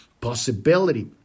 possibility